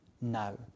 now